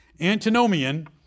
Antinomian